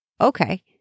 okay